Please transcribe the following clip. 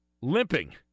limping